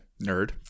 Nerd